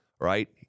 right